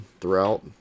throughout